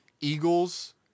Eagles